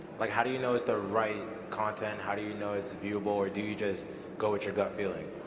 like how do you know it's the right content, how do you know it's viewable, or do you just go with your gut feeling,